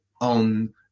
on